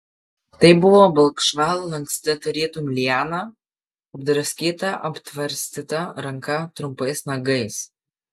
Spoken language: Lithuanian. tai buvo balkšva lanksti tarytum liana apdraskyta aptvarstyta ranka trumpais nagais